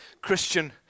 Christian